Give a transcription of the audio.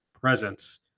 presence